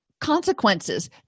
consequences